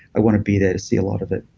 i want to be there to see a lot of it.